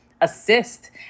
assist